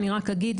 אני רק אגיד,